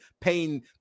paying